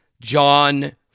John